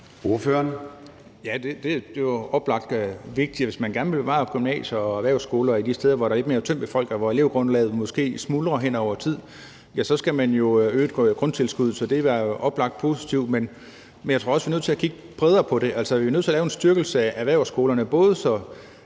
det er jo oplagt vigtigt. Hvis man gerne vil bevare gymnasier og erhvervsskoler de steder, hvor der er lidt mere tyndt befolket, og hvor elevgrundlaget måske smuldrer hen over tid, ja, så skal man jo øge grundtilskuddet. Så det er oplagt positivt. Men jeg tror også, vi er nødt til at kigge bredere på det. Vi er nødt til at lave en styrkelse af erhvervsskolerne, så